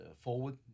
forward